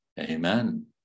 Amen